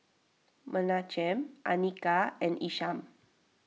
Menachem Anika and Isham